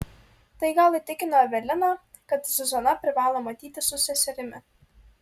tai gal įtikino eveliną kad zuzana privalo matytis su seserimi